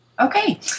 Okay